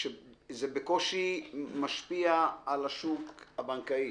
זה בקושי משפיע על השוק הבנקאי.